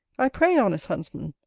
i pray, honest huntsman,